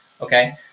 Okay